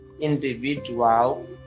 individual